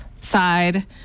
side